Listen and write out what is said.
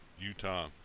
Utah